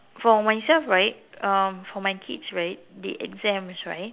for myself right um for my kids right the exams right